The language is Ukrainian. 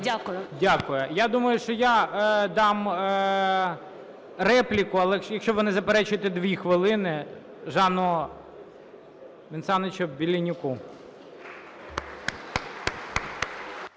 Дякую. Я думаю, що я дам репліку, але, якщо ви не заперечуєте, дві хвилини Жану Венсановичу Беленюку.